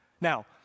Now